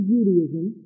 Judaism